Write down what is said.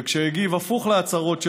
וכשהגיב הפוך להצהרות שלו,